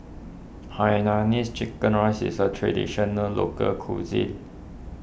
Hainanese Chicken Rice is a Traditional Local Cuisine